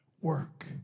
work